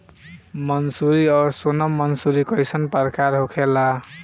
मंसूरी और सोनम मंसूरी कैसन प्रकार होखे ला?